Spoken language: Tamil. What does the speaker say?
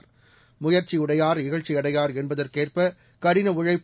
முயற்சியுடையார் இகழ்ச்சி அடையார் என்பதற்கேற்ப கடின உழைப்பு